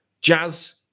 Jazz